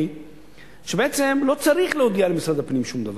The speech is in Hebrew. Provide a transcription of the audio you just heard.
היא שבעצם לא צריך להודיע למשרד הפנים שום דבר.